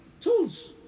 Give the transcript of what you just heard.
Tools